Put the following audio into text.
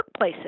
workplaces